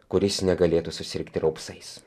kuris negalėtų susirgti raupsais